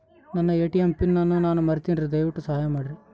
ನನ್ನ ATM PIN ಅನ್ನು ನಾನು ಮರಿತಿನ್ರಿ, ದಯವಿಟ್ಟು ಸಹಾಯ ಮಾಡ್ರಿ